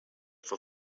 for